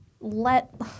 let